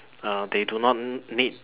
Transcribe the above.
uh they do not n~ need